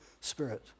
spirit